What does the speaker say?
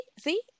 see